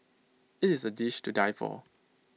IT is A dish to die for